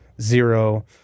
zero